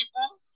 people